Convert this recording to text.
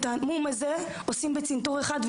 את המום הזה עושים בצנתור אחד,